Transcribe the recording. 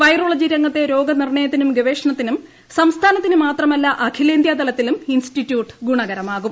virology രംഗത്തെ രോഗനിർണയത്തിനും ഗവേഷണത്തിനും സംസ്ഥാനത്തിന് മാത്രമല്ല അഖിലേന്ത്യാതലത്തിലും ഇൻസ്റ്റിറ്റ്യൂട്ട് ഗുണകരമാകും